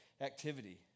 activity